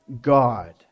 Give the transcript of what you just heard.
God